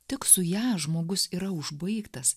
tik su ja žmogus yra užbaigtas